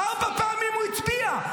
ארבע פעמים הוא הצביע.